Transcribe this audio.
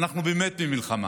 ואנחנו באמת במלחמה.